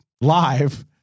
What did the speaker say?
live